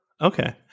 Okay